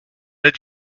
did